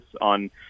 on